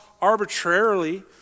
arbitrarily